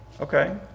okay